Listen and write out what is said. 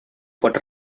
pot